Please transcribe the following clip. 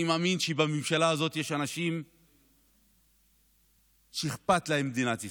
אני מאמין שבממשלה הזאת יש אנשים שאכפת להם ממדינת ישראל,